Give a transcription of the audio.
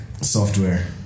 software